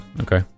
Okay